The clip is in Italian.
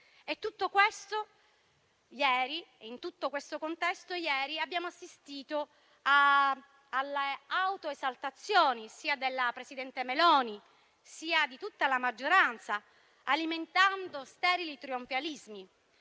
In tutto questo contesto, ieri abbiamo assistito all'autoesaltazione sia della presidente Meloni sia di tutta la maggioranza, alimentando sterili trionfalismi.